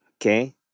okay